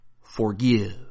forgive